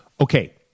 Okay